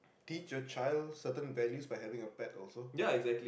teach a child certain values by having a pet also